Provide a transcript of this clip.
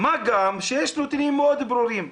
מה גם שיש נתונים מאוד ברורים,